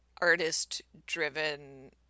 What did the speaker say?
artist-driven